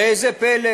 ראה זה פלא,